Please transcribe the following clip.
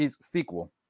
sequel